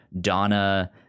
Donna